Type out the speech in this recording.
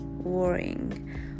worrying